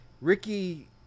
ricky